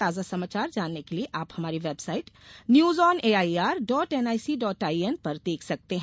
ताजा समाचार जानने के लिए आप हमारी website news on A I R dot N I C dot I N देख सकते हैं